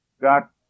got